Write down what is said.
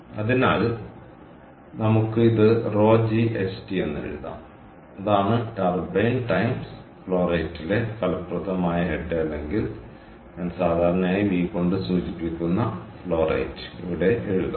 അതിനാൽ നമുക്ക് ഇത് ρ g HT എന്ന് എഴുതാം അതാണ് ടർബൈൻ ടൈംസ് ഫ്ലോ റേറ്റിലെ ഫലപ്രദമായ ഹെഡ് അല്ലെങ്കിൽ ഞാൻ സാധാരണയായി V കൊണ്ട് സൂചിപ്പിക്കുന്ന ഫ്ലോ റേറ്റ് ഇവിടെ എഴുതാം